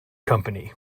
company